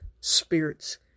spirits